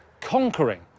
conquering